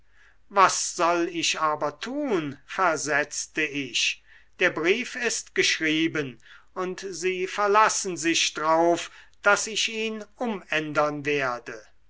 was soll ich aber tun versetzte ich der brief ist geschrieben und sie verlassen sich drauf daß ich ihn umändern werde